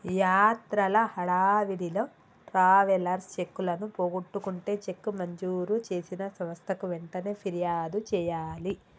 యాత్రల హడావిడిలో ట్రావెలర్స్ చెక్కులను పోగొట్టుకుంటే చెక్కు మంజూరు చేసిన సంస్థకు వెంటనే ఫిర్యాదు చేయాలి